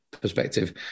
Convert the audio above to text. perspective